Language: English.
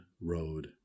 road